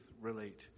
relate